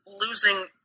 losing